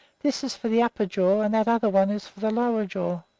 this is for the upper jaw, and that other one is for the lower jaw.